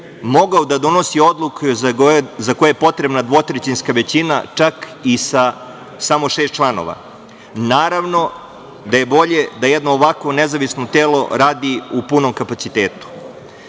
mogao da donosi odluke za koje potrebna dvotrećinska većina, čak i sa samo šest članova. Naravno da je bolje da jedno ovakvo nezavisno telo radi u punom kapacitetu. Zakon